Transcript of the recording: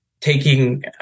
Taking